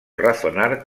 razonar